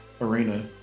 arena